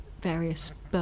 various